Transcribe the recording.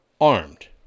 armed